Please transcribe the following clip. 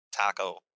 taco